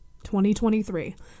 2023